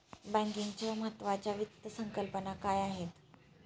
बँकिंगच्या महत्त्वाच्या वित्त संकल्पना काय आहेत?